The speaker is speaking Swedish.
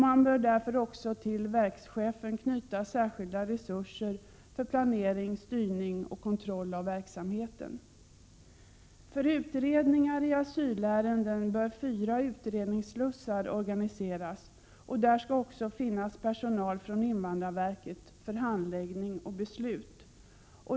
Man bör därför till verkschefen knyta särskilda resurser för planering, styrning och kontroll av verksamheten. För utredningar i asylärenden bör fyra utredningsslussar organiseras. Där skall också finnas personal från invandrarverket för handläggning och beslut.